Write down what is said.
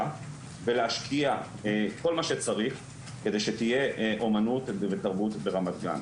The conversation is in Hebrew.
ולהשקיע כל מה שצריך כדי שתהיה אומנות ותרבות ברמת גן,